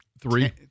three